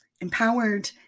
empowered